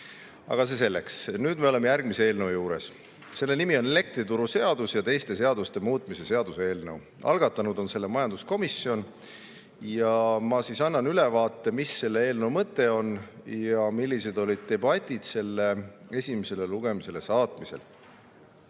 Aga see selleks. Nüüd me oleme järgmise eelnõu juures. Selle nimi on elektrituruseaduse ja teiste seaduste muutmise seaduse eelnõu. Algatanud on selle majanduskomisjon ja ma annan ülevaate, mis selle eelnõu mõte on ja milline oli debatt selle esimesele lugemisele saatmisel.